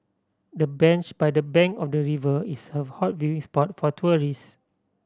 the bench by the bank of the river is a hot viewing spot for tourist